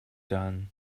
done